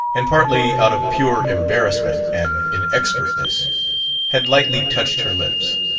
and partly out of pure embarrassment and inexpertness, had lightly touched her lips.